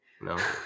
No